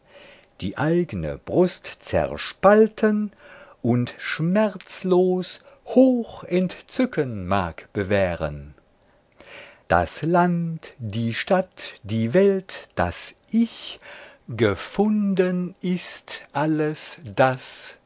die eigne brust zerspalten und schmerzlos hoch entzücken mag bewähren das land die stadt die welt das ich gefunden ist alles das